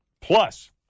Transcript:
Plus